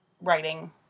writing